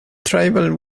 tribal